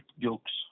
jokes